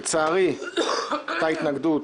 לצערי, הייתה התנגדות,